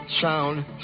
sound